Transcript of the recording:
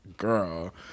girl